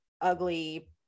ugly